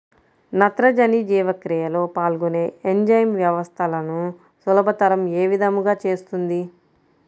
నత్రజని జీవక్రియలో పాల్గొనే ఎంజైమ్ వ్యవస్థలను సులభతరం ఏ విధముగా చేస్తుంది?